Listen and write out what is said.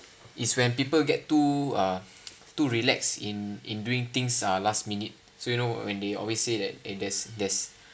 is when people get too uh too relax in in doing things are last minute so you know when they always say that and there's there's